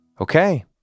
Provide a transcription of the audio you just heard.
Okay